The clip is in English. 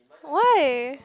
why